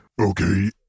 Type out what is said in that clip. Okay